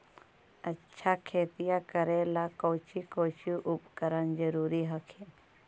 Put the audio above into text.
अच्छा खेतिया करे ला कौची कौची उपकरण जरूरी हखिन?